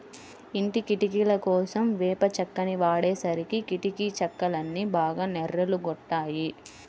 ఇంటి కిటికీలకోసం వేప చెక్కని వాడేసరికి కిటికీ చెక్కలన్నీ బాగా నెర్రలు గొట్టాయి